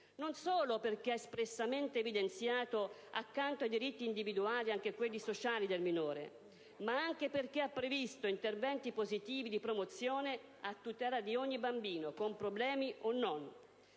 non solo perché ha espressamente evidenziato accanto ai diritti individuali anche quelli sociali del minore (...), ma anche perché ha previsto interventi positivi di promozione a tutela di ogni bambino, con problemi o non.